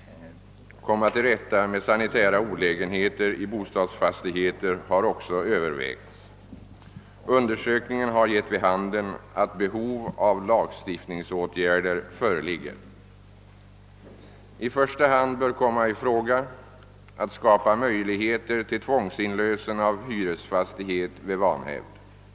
— komma till rätta med sanitära olägenheter i bostadsfastigheter har också övervägts. Undersökningen har givit vid handen att behov av lagstiftningsåtgärder föreligger. I första hand bör komma i fråga att skapa möjligheter till tvångsinlösen av hyresfastighet vid vanhävd.